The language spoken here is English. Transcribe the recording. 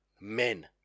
men